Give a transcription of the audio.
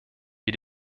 wie